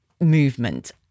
movement